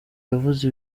yavuze